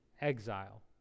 exile